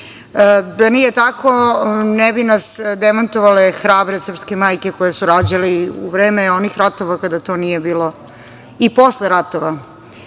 Da nije tako ne bi nas demantovale hrabre srpske majke koje su rađale u vreme onih ratova i posle ratova